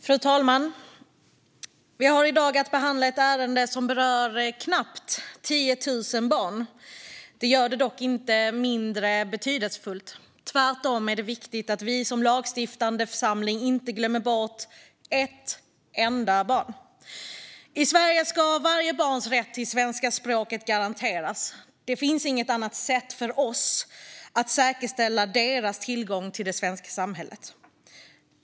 Fru talman! Vi har i dag att behandla ett ärende som berör knappt 10 000 barn. Det gör det dock inte mindre betydelsefullt. Tvärtom är det viktigt att vi som lagstiftande församling inte glömmer bort ett enda barn. I Sverige ska varje barns rätt till svenska språket garanteras. Det finns inget annat sätt för oss att säkerställa deras tillgång till det svenska samhället.